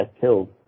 killed